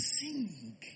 Sing